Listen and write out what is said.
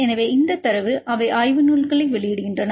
எனவே இந்த தரவு அவை ஆய்வு நூல் வெளியிடுகின்றன